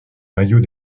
maillot